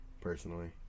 personally